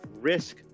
risk